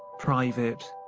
private,